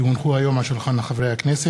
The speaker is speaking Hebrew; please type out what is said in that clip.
כי הונחו היום על שולחן הכנסת,